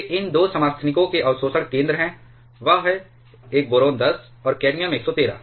ये इन 2 समस्थानिकों के अवशोषण केंद्र हैं वह है एक बोरान 10 और कैडमियम 113